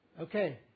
Okay